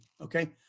okay